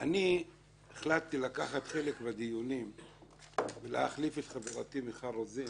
אני החלטתי לקחת חלק בדיונים ולהחליף את חברתי מיכל רוזין